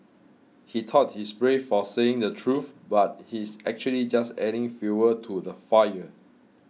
he thought he's brave for saying the truth but he's actually just adding fuel to the fire